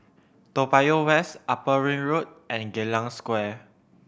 Toa Payoh West Upper Ring Road and Geylang Square